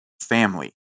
family